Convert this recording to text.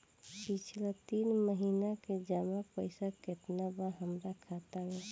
पिछला तीन महीना के जमा पैसा केतना बा हमरा खाता मे?